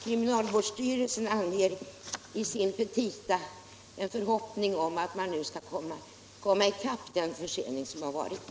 Kriminalvårdsstyrelsen uttrycker i sina petita en förhoppning om att man nu skall kunna hämta in den försening som har uppstått.